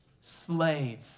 Slave